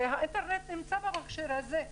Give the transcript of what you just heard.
והאינטרנט נמצא במכשיר הזה,